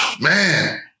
Man